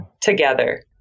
together